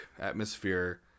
atmosphere